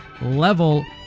level